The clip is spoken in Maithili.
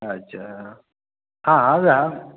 अच्छा हँ हँ